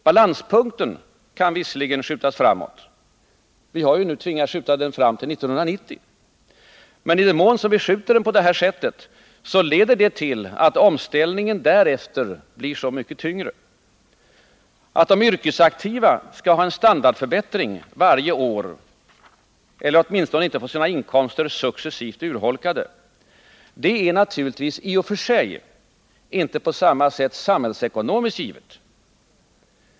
Balanspunkten kan visserligen skjutas framåt, men i den mån så sker — vi har ju nu tvingats skjuta fram den till 1990 — leder det till att omställningen därefter blir så mycket tyngre. Att de yrkesaktiva skall ha en standardförbättring varje år eller åtminstone inte få sina inkomster successivt urholkade är naturligtvis i och för sig inte på samma sätt samhällsekonomiskt givet.